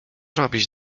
robić